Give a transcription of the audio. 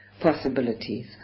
possibilities